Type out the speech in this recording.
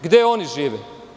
Gde oni žive?